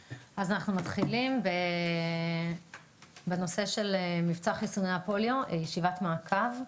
סדר-היום: מבצע חיסוני הפוליו ישיבת מעקב.